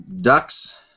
Ducks